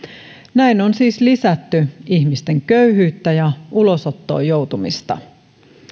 näin on siis lisätty ihmisten köyhyyttä ja ulosottoon joutumista